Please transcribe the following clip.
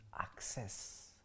Access